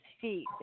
feet